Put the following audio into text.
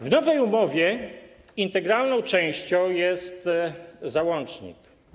W nowej umowie integralną częścią jest załącznik.